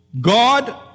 God